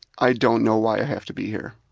i don't know why i have to be here.